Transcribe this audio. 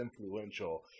influential